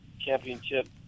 championship